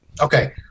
Okay